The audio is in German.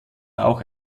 auch